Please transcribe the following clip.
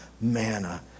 manna